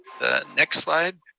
next slide.